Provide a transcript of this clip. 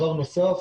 מתי